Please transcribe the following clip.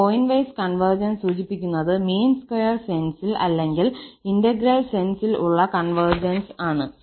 ഈ point wise convergence സൂചിപ്പിക്കുന്നത് mean square സെൻസിൽ അല്ലെങ്കിൽ ഇന്റഗ്രൽ സെൻസിൽ ഉള്ള കൺവെർജൻസ് ആണ്